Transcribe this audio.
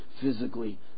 physically